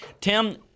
Tim